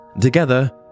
Together